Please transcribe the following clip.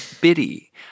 bitty